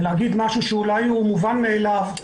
ולהגיד משהו שאולי הוא מובן מאיליו,